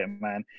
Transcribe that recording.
man